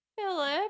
Philip